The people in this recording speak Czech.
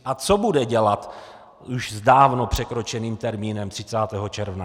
A co bude dělat s už dávno překročeným termínem 30. června?